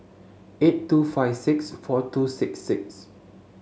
eight two five six four two six six